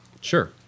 sure